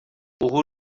perezida